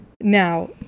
now